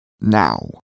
Now